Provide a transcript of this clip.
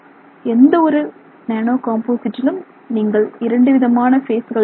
எந்தவொரு நானோ காம்போசிட்டிலும் நீங்கள் இரண்டு விதமான பேஸுகளை காணலாம்